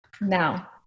Now